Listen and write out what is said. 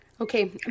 okay